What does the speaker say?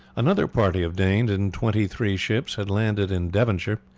another party of danes in twenty-three ships had landed in devonshire.